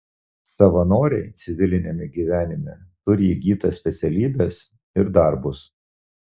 savanoriai civiliniame gyvenime turi įgytas specialybes ir darbus